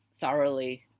thoroughly